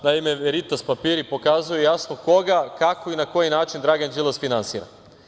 Naime veritas papiri pokazuju jasno koga, kako i na koji način Dragan Đilas finansira.